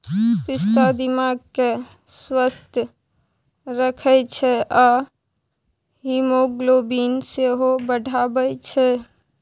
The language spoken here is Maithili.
पिस्ता दिमाग केँ स्वस्थ रखै छै आ हीमोग्लोबिन सेहो बढ़ाबै छै